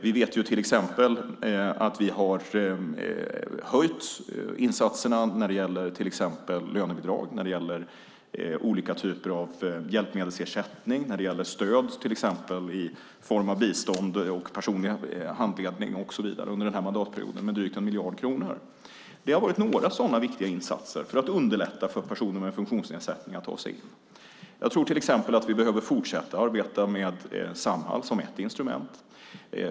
Vi har höjt insatserna när det gäller lönebidrag, olika typer av hjälpmedelsersättning och stöd i form av bistånd och personlig handledning under den här mandatperioden med drygt 1 miljard kronor. Det har varit några sådana viktiga insatser för att underlätta för personer med funktionsnedsättning att ta sig in. Jag tror till exempel att vi behöver fortsätta att arbeta med Samhall som ett instrument.